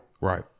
Right